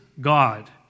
God